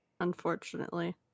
unfortunately